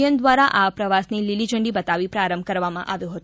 એમ દ્વારા આ પ્રવાસની લીલીઝંડી બતાવી પ્રારંભ કરવામાં આવ્યો હતો